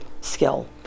skill